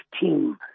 team